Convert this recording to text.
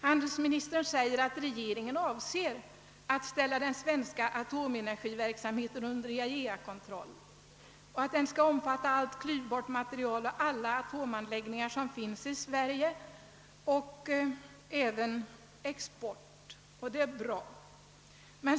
| Handelsministern säger att regeringen avser att ställa den svenska atomenergiverksamheten under TIAEA-kontroll och att den skall omfatta allt klyvbart material och alla atomanläggningar som finns i Sverige samt även exporten. Detta är bra.